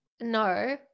no